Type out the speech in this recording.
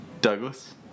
Douglas